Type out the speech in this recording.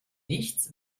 nichts